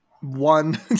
one